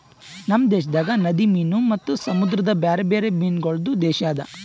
ನಮ್ ದೇಶದಾಗ್ ನದಿ ಮೀನು ಮತ್ತ ಸಮುದ್ರದ ಬ್ಯಾರೆ ಬ್ಯಾರೆ ಮೀನಗೊಳ್ದು ದೇಶ ಅದಾ